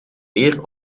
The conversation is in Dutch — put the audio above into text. meer